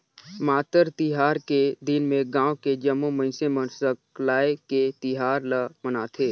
मातर तिहार के दिन में गाँव के जम्मो मइनसे मन सकलाये के तिहार ल मनाथे